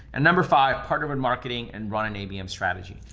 and number five, partner with marketing and run an abm strategy.